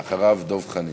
אחריו, דב חנין.